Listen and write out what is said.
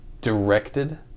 directed